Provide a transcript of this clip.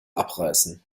abreißen